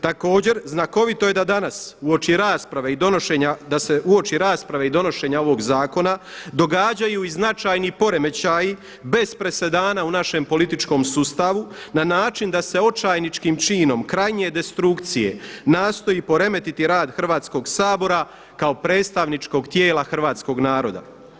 Također, znakovito je da danas uoči rasprave i donošenja, da se uoči rasprave i donošenja ovog zakona događaju i značajni poremećaji bez presedana u našem političkom sustavu na način da se očajničkim činom, krajnje destrukcije nastoji poremetiti rad Hrvatskoga sabora kao predstavničkog tijela hrvatskoga naroda.